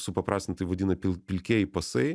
supaprastintai vadina pil pilkieji pasai